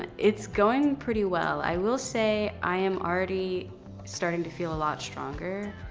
it's going pretty well. i will say, i am already starting to feel a lot stronger,